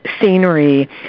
scenery